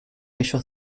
ellos